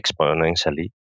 exponentially